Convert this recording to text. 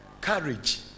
Courage